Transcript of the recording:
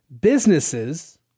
Businesses